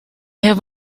have